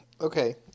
Okay